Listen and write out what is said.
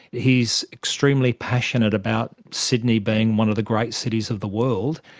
he's extremely passionate about sydney being one of the great cities of the world.